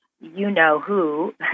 you-know-who